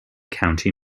county